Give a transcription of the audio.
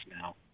now